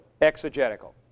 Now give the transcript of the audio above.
Exegetical